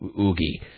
oogie